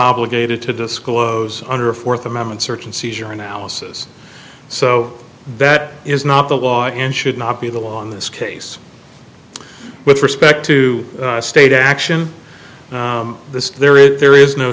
obligated to disclose under a fourth amendment search and seizure analysis so that is not the law and should not be the law in this case with respect to state action this there is there is no